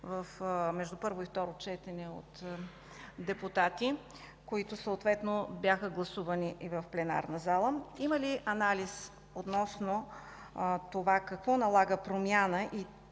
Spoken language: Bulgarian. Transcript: между първо и второ четене от депутати, които съответно бяха гласувани и в пленарната зала? Има ли анализ относно това какво налага промяна и